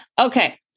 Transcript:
okay